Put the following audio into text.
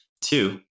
Two